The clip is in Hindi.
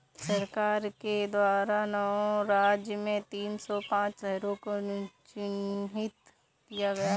सरकार के द्वारा नौ राज्य में तीन सौ पांच शहरों को चिह्नित किया है